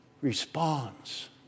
responds